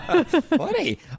Funny